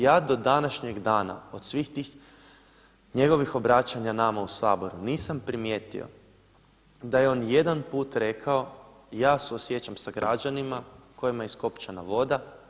Ja do današnjeg dana od svih tih njegovih obraćanja nama u Saboru nisam primijetio da je on jedan put rekao, ja suosjećam s građanima kojima je iskopčana voda.